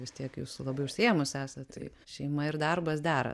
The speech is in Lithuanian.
vis tiek jūs labai užsiėmusi esat tai šeima ir darbas dera